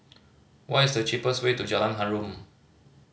what is the cheapest way to Jalan Harum